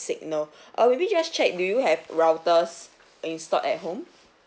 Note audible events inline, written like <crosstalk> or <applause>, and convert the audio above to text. signal <breath> uh maybe just check do you have routers installed at home